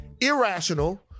irrational